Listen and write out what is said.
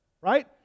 right